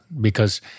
Because-